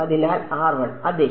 അതിനാൽ അതെ